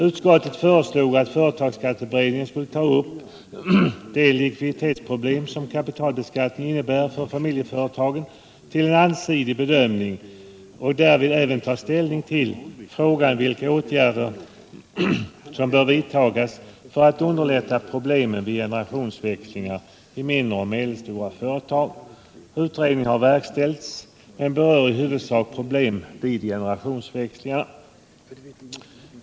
Utskottet föreslog att företagsskatteberedningen skulle ta upp de likviditetsproblem som kapitalbeskattningen innebär för familjeföretagen till en allsidig bedömning och därvid även ta ställning till frågan om vilka åtgärder som bör vidtas för att underlätta problemen vid generationsväxlingar i mindre och medelstora företag. Utredningen har verkställts. Den berör i huvudsak problemen vid generationsväxlingar.